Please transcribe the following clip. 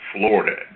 Florida